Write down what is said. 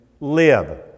live